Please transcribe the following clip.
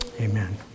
Amen